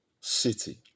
city